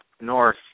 north